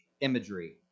imagery